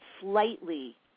slightly